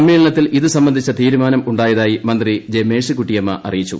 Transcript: സമ്മേളനത്തിൽ ഇതുസംബന്ധിച്ച തീരുമാനം ഉണ്ടായതായി മന്ത്രി ജെ മേഴ്സിക്കുട്ടിയമ്മ അറിയിച്ചു